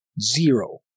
Zero